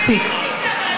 מספיק.